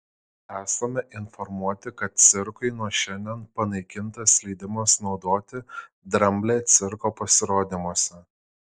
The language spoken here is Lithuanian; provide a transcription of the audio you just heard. esame informuoti kad cirkui nuo šiandien panaikintas leidimas naudoti dramblę cirko pasirodymuose